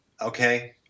Okay